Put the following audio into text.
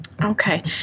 Okay